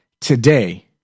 Today